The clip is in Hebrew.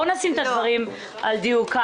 בואו נעמיד דברים על דיוקם.